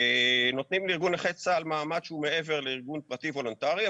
נותנים לארגון נכי צה"ל מעמד שהוא מעבר לארגון פרטי וולונטרי,